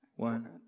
One